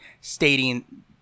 stating